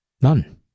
None